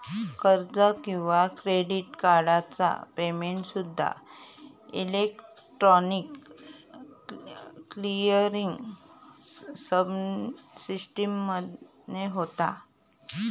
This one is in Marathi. कर्ज किंवा क्रेडिट कार्डचा पेमेंटसूद्दा इलेक्ट्रॉनिक क्लिअरिंग सिस्टीमने होता